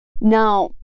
Now